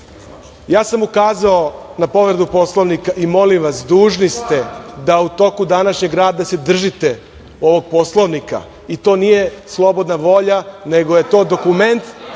ukazao sam na povredu Poslovnika i, molim vas, dužni ste da u toku današnjeg rada se držite ovog Poslovnika, i to nije slobodna volja, nego je to dokument